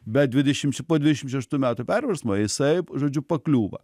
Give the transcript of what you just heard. bet dvidešimt po dvidešimt šeštų metų perversmo jisai žodžiu pakliūva